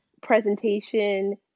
presentation